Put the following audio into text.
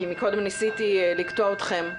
כי קודם ניסיתי לקטוע אתכם,